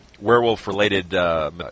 werewolf-related